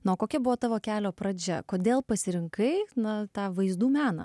na o kokia buvo tavo kelio pradžia kodėl pasirinkai na tą vaizdų meną